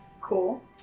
Cool